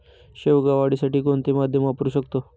शेवगा वाढीसाठी कोणते माध्यम वापरु शकतो?